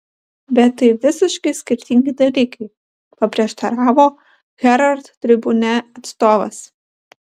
bet tai visiškai skirtingi dalykai paprieštaravo herald tribune atstovas